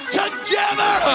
together